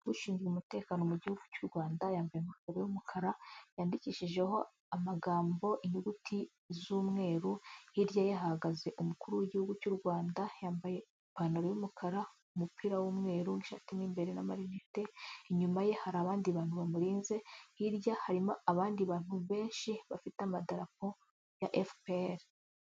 Ushinzwe umutekano mu gihugu cy'u Rwanda yambaye ingofero y'umukara yandikishijeho amagambo inyuguti z'umweru hirya hahagaze umukuru w'igihugu cy'u Rwanda yambaye ipantaro y'umukara umupira w'umweru inshati imwe imbere n'amate inyuma ye hari abandi bantu bamuri hirya harimo abandi bantu benshi bafite amadarapo ya efuperi.